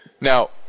Now